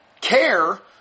CARE